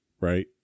right